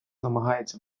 намагається